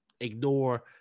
ignore